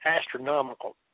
astronomical